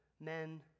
Men